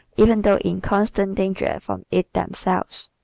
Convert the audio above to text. even though in constant danger from it themselves.